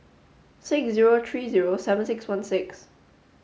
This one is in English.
six zero three zero seven six one six